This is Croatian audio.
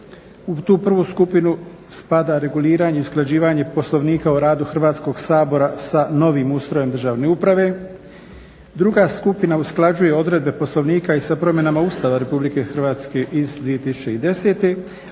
U tu prvu skupinu spada reguliranje i usklađivanje Poslovnika o radu Hrvatskog sabora sa novim ustrojem državne uprave. Druga skupina usklađuje odredbe Poslovnika i sa promjenama Ustava Republike Hrvatske iz 2010.,